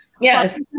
Yes